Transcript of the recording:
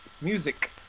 Music